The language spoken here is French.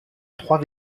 trois